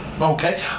okay